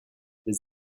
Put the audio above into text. les